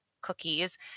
cookies